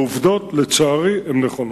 העובדות, לצערי, הן נכונות.